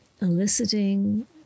eliciting